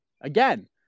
Again